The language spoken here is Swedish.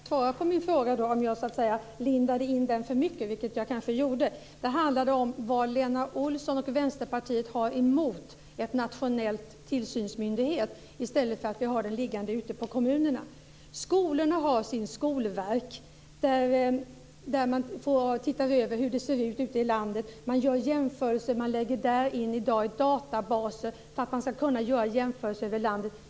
Fru talman! Lena Olsson ska få en chans att svara på min fråga. Jag kanske lindade in den för mycket. Den handlade om vad Lena Olsson och Vänsterpartiet har emot att vi får en nationell tillsynsmyndighet, i stället för att vi har detta liggande ute på kommunerna. Skolorna har sitt skolverk, där man tittar över hur det ser ut ute i landet. Man gör jämförelser, och lägger in det hela i databaser för att man ska kunna göra jämförelser över landet.